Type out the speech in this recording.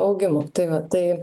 augimu tai va tai